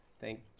thank